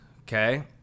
okay